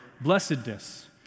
blessedness